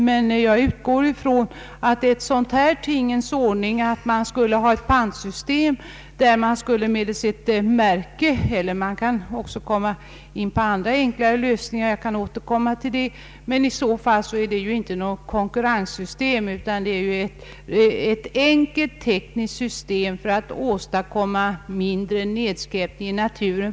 Men jag utgår ifrån att ett sådant här pantsystem med ett märke — man kan också tänka sig andra enklare lösningar, och jag kan återkomma till det — inte utgör något brott mot konkurrensbestämmelserna utan är ett enkelt tekniskt system för att åstadkomma mindre nedskräpning i naturen.